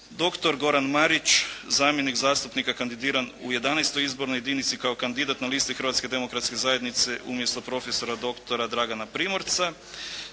doktor Goran Marić zamjenik zastupnika kandidiran u XI. Izbornoj jedinici kao kandidat na listi Hrvatske demokratske zajednice umjesto profesora doktora Dragana Primorca,